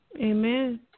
Amen